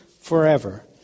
forever